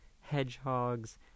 hedgehogs